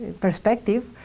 perspective